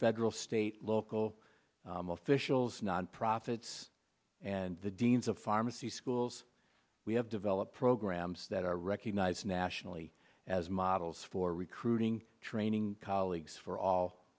federal state local officials non profits and the deans of pharmacy schools we have developed programs that are recognized nationally as models for recruiting training colleagues for all